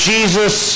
Jesus